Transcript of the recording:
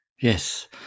Yes